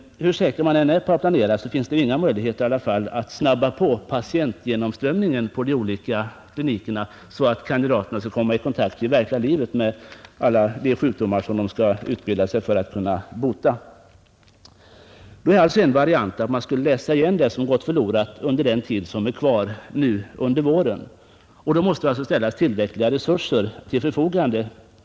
Hur säker man än är på att planera finns det i alla fall inga möjligheter att snabba på patientgenomströmningen på de olika klinikerna så att kandidaterna i det verkliga livet skall komma i kontakt med alla de sjukdomar som de skall utbilda sig för att kunna behandla. En variant är att man skulle läsa igen det som gått förlorat under den tid som är kvar nu under våren. Men då måste det ställas tillräckliga resurser till förfogande.